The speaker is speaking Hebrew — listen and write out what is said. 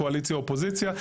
קואליציה אופוזיציה,